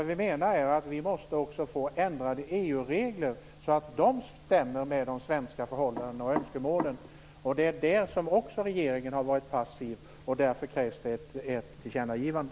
Vi menar att det också bli ändringar av EU-reglerna så att dessa stämmer med de svenska förhållandena och önskemålen. Också därvidlag har regeringen varit passiv, och därför krävs det ett tillkännagivande.